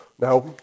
Now